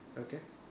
okay